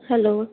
hello